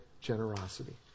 generosity